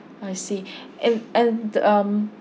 I see if um